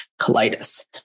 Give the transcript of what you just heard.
colitis